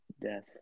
death